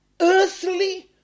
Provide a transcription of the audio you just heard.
earthly